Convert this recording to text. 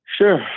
Sure